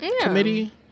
committee